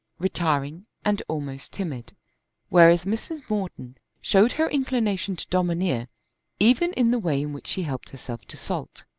retiring, and almost timid whereas mrs. morton showed her inclination to domineer even in the way in which she helped herself to salt.